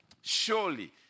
Surely